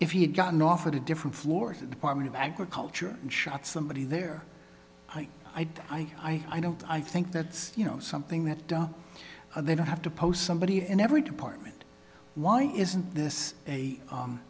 if he had gotten off a different floor apartment of agriculture and shot somebody there i don't i i don't i think that's you know something that they don't have to post somebody in every department why isn't this a